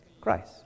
Christ